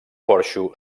porxo